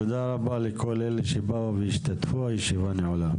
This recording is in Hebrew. תודה רבה לכל אלה שבאו והשתתפו, הישיבה נעולה.